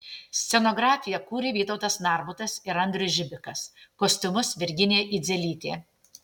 scenografiją kūrė vytautas narbutas ir andrius žibikas kostiumus virginija idzelytė